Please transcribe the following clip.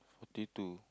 forty two